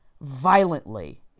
violently